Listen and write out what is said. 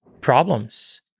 problems